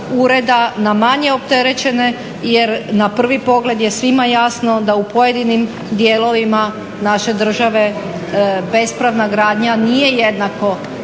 ureda na manje opterećene jer na prvi pogled je svima jasno da u pojedinim dijelovima naše države bespravna gradnja nije jednako